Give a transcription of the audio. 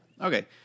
Okay